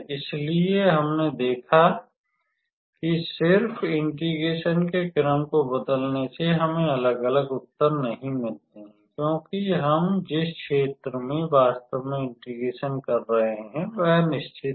इसलिए हमने देखा कि सिर्फ इंटिग्रेशन के क्रम को बदलने से हमें अलग अलग उत्तर नहीं मिलते हैं क्योंकि हम जिस क्षेत्र में वास्तव में इंटिग्रेशन कर रहे हैं वह निश्चित है